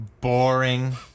Boring